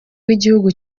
w’igihugu